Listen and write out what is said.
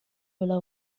villa